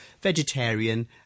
vegetarian